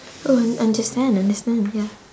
oh understand understand ya